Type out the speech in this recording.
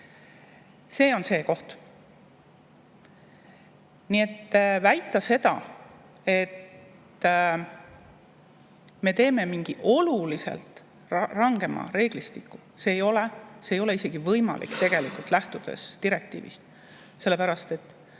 See on see koht. Nii et väita seda, et me teeme mingi oluliselt rangema reeglistiku – see ei ole isegi võimalik, lähtudes direktiivist ja lähtudes